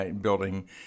building